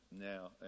now